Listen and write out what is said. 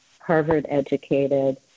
Harvard-educated